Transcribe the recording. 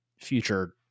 future